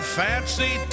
fancy